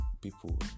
people